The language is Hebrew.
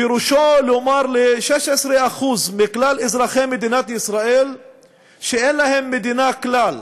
פירושו לומר ל-16% מכלל אזרחי מדינת ישראל שאין להם מדינה כלל,